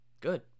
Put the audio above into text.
Good